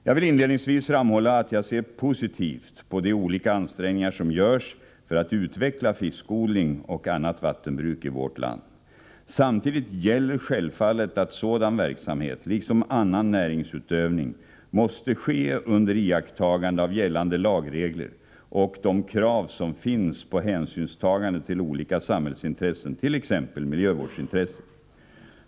Jag vill inledningsvis framhålla att jag ser positivt på de olika ansträngningar som görs för att utveckla fiskodling och annat vattenbruk i vårt land. Samtidigt gäller självfallet att sådan verksamhet, liksom annan näringsutövning, måste ske under iakttagande av gällande lagregler och de krav som finns på hänsynstagande till olika samhällsintressen, t.ex. miljövårdsintresset.